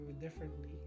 differently